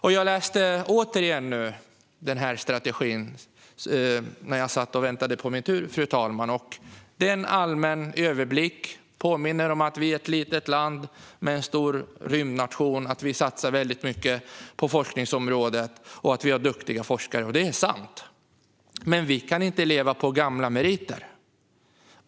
När jag satt och väntade på att få gå upp i talarstolen läste jag återigen i strategin. Den ger en allmän överblick. Den påminner om att vi är en litet land men en stor rymdnation, att vi satsar väldigt mycket på forskningsområdet och att vi har duktiga forskare. Det är ju sant, men vi kan inte leva på gamla meriter.